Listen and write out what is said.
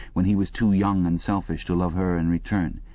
when he was too young and selfish to love her in return,